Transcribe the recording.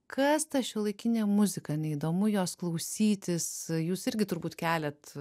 kas ta šiuolaikinė muzika neįdomu jos klausytis jūs irgi turbūt keliat